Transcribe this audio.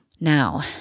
Now